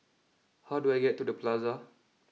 how do I get to the Plaza